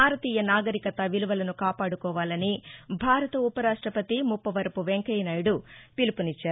భారతీయ నాగరికత విలువలను కాపాడుకోవాలని భారత ఉపరాష్షపతి ముప్పవరపు వెంకయ్యనాయుడు పిలుపునిచ్చారు